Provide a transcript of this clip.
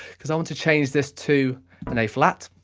because i want to change this to an a flat,